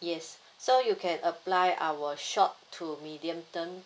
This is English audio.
yes so you can apply our short to medium term